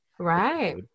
Right